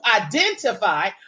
identify